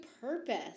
purpose